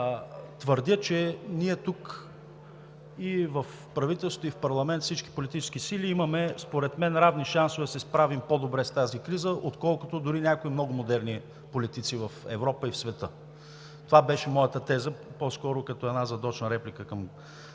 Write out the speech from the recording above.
твърдя, че ние тук – и в правителството, и в парламента, всички политически сили имаме според мен равни шансове да се справим по-добре с тази криза, отколкото дори някои много модерни политици в Европа и в света. Това беше моята теза – по-скоро като една задочна реплика към